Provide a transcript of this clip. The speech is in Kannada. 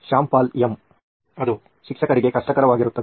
ಶ್ಯಾಮ್ ಪಾಲ್ ಎಂ ಅದು ಶಿಕ್ಷಕರಿಗೆ ಕಷ್ಟಕರವಾಗಿರುತ್ತದೆ